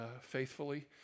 faithfully